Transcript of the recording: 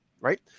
right